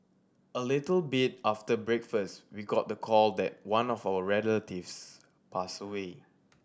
a little bit after breakfast we got the call that one of our relatives passed away